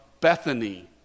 Bethany